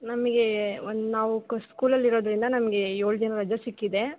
ನಮಗೇ ಒಂದು ನಾವು ಸ್ಕೂಲಲ್ಲಿ ಇರೋದರಿಂದ ನಮ್ಗೆ ಏಳು ದಿನ ರಜ ಸಿಕ್ಕಿದೆ